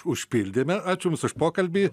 užpildėme ačiū jums už pokalbį